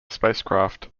spacecraft